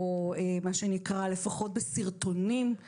או לפחות בסרטונים שהם יראו.